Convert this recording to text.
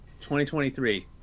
2023